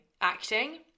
acting